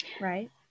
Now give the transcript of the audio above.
right